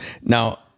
Now